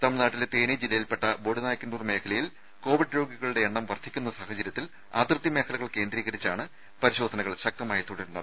തമിഴ്നാട്ടിലെ തേനി ജില്ലയിൽപ്പെട്ട ബോഡി നായ്ക്കന്നൂർ മേഖലയിൽ കോവിഡ് രോഗികളുടെ എണ്ണം വർദ്ധിക്കുന്ന സാഹചര്യത്തിൽ അതിർത്തി മേഖലകൾ കേന്ദ്രീകരിച്ചാണ് പരിശോധനകൾ ശക്തമായി തുടരുന്നത്